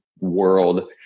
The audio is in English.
world